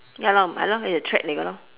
ya lor hai lor nei ge thread nei go lor